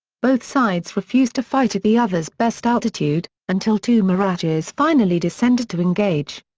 both sides refused to fight at the other's best altitude, until two mirages finally descended to engage.